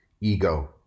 Ego